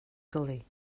gully